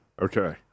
Okay